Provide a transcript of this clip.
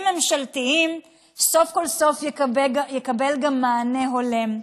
ממשלתיים סוף כל סוף יקבל גם מענה הולם.